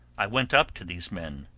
i went up to these men,